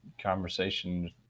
conversation